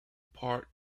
part